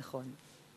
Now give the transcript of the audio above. נכון.